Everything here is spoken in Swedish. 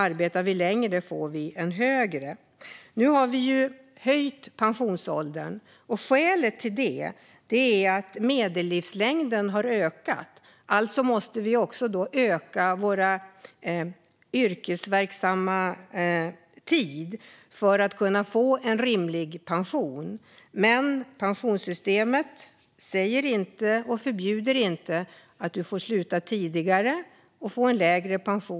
Arbetar vi längre får vi en högre inkomst. Nu har pensionsåldern höjts. Skälet till det är att medellivslängden har ökat. För att vi ska få en rimlig pension måste vi därför också öka vår yrkesverksamma tid. Men pensionssystemet förbjuder inte att man får sluta tidigare med lägre pension.